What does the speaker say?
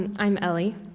and i'm ellie.